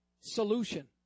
solution